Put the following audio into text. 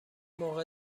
موقع